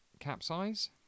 capsize